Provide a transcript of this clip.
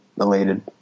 Elated